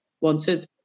wanted